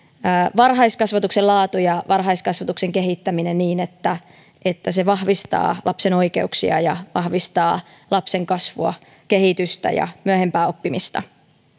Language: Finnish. varhaiskasvatuksen laatu ja varhaiskasvatuksen kehittäminen niin että että se vahvistaa lapsen oikeuksia ja vahvistaa lapsen kasvua kehitystä ja myöhempää oppimista